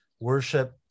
worship